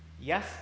Yes